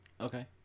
Okay